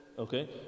Okay